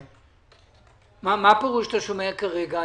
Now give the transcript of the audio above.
מה הפירוש שאתה שומע כרגע?